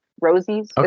rosie's